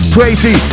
Crazy